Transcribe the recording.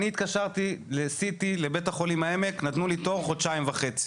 אני התקשרתי ל-CT לבית החולים העמק ונתנו לי תור לעוד חודשיים וחצי.